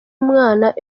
umwana